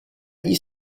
gli